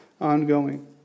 ongoing